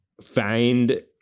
find